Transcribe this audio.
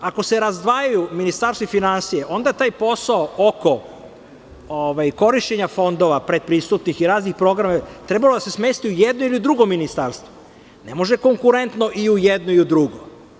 Ako se razdvajaju ministarstva i finansije, onda taj posao oko korišćenja fondova pretpristupnih i razne programe, trebalo je da se smesti u jedno ili u drugo ministarstvo, ne može konkurentno i u jedno i u drugo.